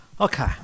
Okay